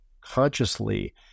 consciously